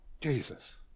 Jesus